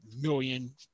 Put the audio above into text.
million